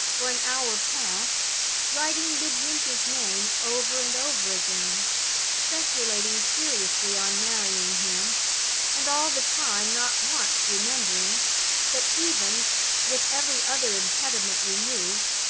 for an hour past writing midwinter's name over and over again speculating seriously on marrying him and all the time not once remembering that, even with every other impediment removed,